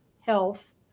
health